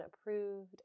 approved